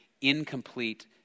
incomplete